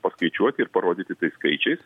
paskaičiuoti ir parodyti tai skaičiais